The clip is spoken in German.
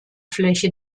fläche